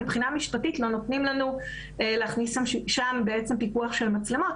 מבחינה משפטית לא נותנים לנו להכניס לשם פיקוח של מצלמות,